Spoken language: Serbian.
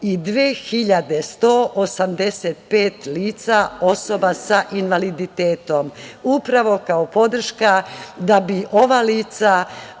i 2.185 lica osoba sa invaliditetom, upravo kao podrška da bi ova lica